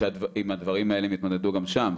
שעם הדברים האלה הם התמודדו גם שם,